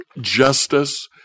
justice